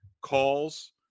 calls